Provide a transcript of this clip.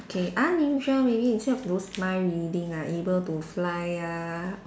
okay unusual meaning instead of those mind reading ah you're able to fly ah